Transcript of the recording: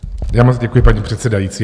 Já moc děkuji, paní předsedající.